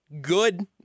good